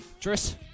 Tris